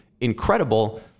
incredible